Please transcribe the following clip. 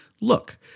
look